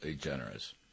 generous